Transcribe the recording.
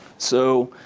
so